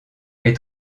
est